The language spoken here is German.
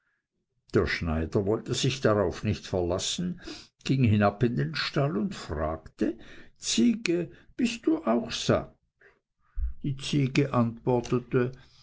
der schneider wollte sich darauf nicht verlassen ging hinab in den stall und fragte ziege bist du auch satt die ziege antwortete